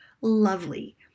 lovely